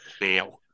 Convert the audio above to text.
Now